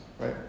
right